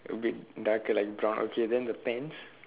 a bit darker like brown okay then the pants